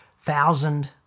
thousand